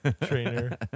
trainer